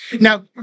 Now